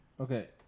Okay